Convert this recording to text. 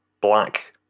black